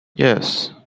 yes